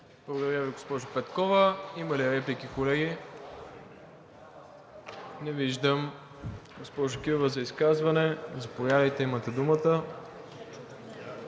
Благодаря Ви, госпожо Петкова. Има ли реплики, колеги? Не виждам. Госпожо Кирова, за изказване. Заповядайте, имате думата.